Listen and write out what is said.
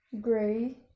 gray